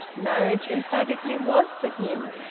marriage emphatically was for him,